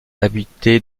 habité